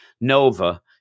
Nova